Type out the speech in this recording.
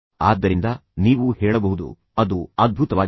ಆದ್ದರಿಂದ ನೀವು ಹೇಳಬಹುದು ಅದು ಅದ್ಭುತವಾಗಿದೆ